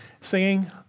singing